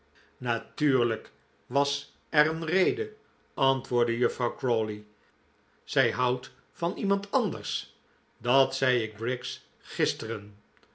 natuurlijk was er een reden antwoordde juffrouw crawley zij houdt van iemand anders dat zei ik briggs gisteren